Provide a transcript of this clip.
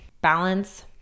balance